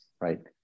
right